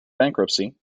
bankruptcy